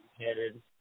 headed